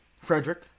Frederick